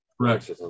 Correct